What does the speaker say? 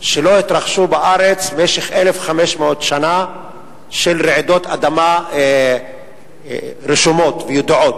שלא התרחשו בארץ במשך 1,500 שנה של רעידות אדמה רשומות וידועות.